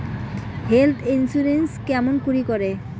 Health insurance কেমন করি করে?